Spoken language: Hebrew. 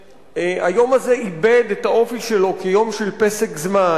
היום הזה איבד את האופי שלו כיום של פסק זמן,